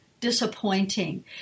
disappointing